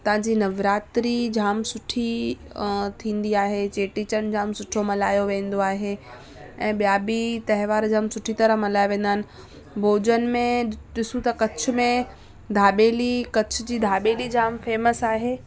हितां जी नवरात्री जाम सुठी थींदी आहे चेटीचंड जाम सुठो थींदो मल्हायो वेंदो आहे ऐं ॿिया बि त्योहार जाम सुठी तरह मल्हाया वेंदा आहिनि भोजन में ॾिसूं त कच्छ में दाॿेली कच्छ जी दाॿेली जाम फ़ेमस आहे